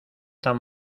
tan